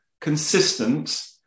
consistent